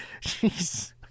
Jeez